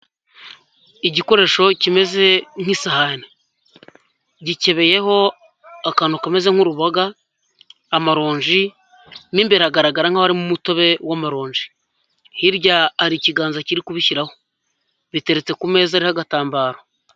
Igikoresho kimeze nk'isahani, gikebeyeho akantu umeze nk'uruboga amaronji mo imbere hagaragara nkaho harimo umutobe w'amaronji. Hirya hari ikiganza kiri kubishyiraho biteretse ku meza ariho agatambaro.